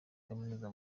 kaminuza